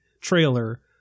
trailer